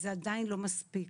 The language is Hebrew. זה עדיין לא מספיק,